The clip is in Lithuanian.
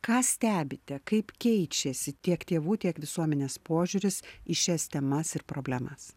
ką stebite kaip keičiasi tiek tėvų tiek visuomenės požiūris į šias temas ir problemas